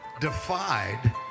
defied